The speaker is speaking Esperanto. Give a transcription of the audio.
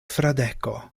fradeko